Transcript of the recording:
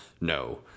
no